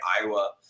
Iowa